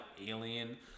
alien